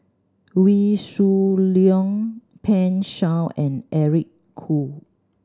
Wee Shoo Leong Pan Shou and Eric Khoo